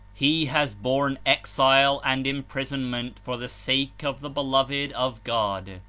he has borne exile and imprisonment for the sake of the beloved of god.